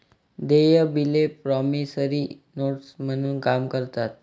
देय बिले promissory notes म्हणून काम करतात